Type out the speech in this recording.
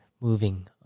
moving